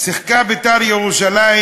שיחקה "בית"ר ירושלים"